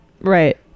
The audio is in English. Right